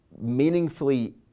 meaningfully